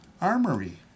Armory